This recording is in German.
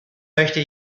möchte